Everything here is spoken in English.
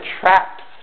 traps